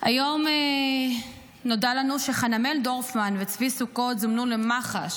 היום נודע לנו שחנמאל דורפמן וצבי סוכות זומנו למח"ש